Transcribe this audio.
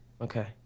Okay